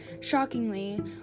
Shockingly